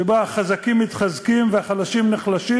שבה החזקים מתחזקים והחלשים נחלשים,